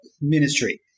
ministry